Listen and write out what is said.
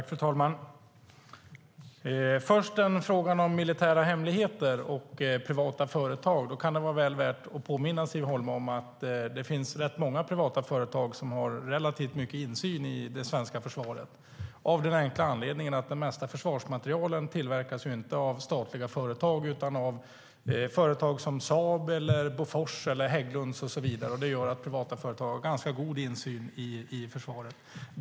Fru talman! När det gäller frågan om militära hemligheter och privata företag kan det vara väl värt att påminna Siv Holma om att det finns rätt många privata företag som har relativt mycket insyn i det svenska försvaret, det av den enkla anledningen att den mesta försvarsmaterielen inte tillverkas av statliga företag utan av företag som Saab, Bofors, Hägglunds och så vidare, och det gör att privata företag har ganska god insyn i försvaret.